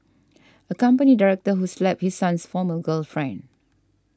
a company director who slapped his son's former girlfriend